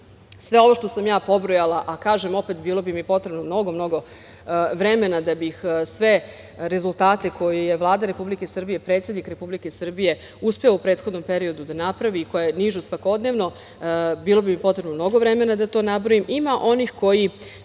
sve ovo što sam ja pobrojala, a kažem opet bilo bi mi potrebno mnogo, mnogo vremena da bih sve rezultate koje je Vlada Republike Srbije, predsednik Republike Srbije uspeo u prethodnom periodu da napravi i koje nižu svakodnevno, bilo bi mi potrebno mnogo vremena da to nabrojim, ima onih koji